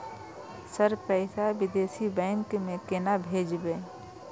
Sir पैसा विदेशी bank में केना भेजबे?